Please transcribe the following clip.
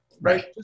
Right